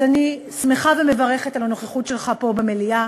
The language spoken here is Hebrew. אז אני שמחה ומברכת על הנוכחות שלך פה במליאה,